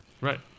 Right